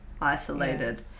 isolated